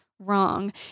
Wrong